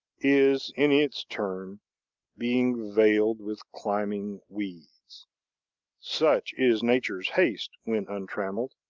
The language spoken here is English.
is in its turn being veiled with climbing weeds such is nature's haste, when untrammeled,